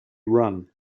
run